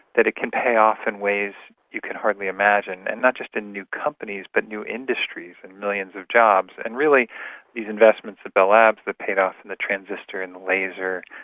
that it can pay off in ways you can hardly imagine, but and not just in new companies but new industries and millions of jobs. and really these investments at bell labs that paid off and the transistor and the laser,